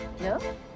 no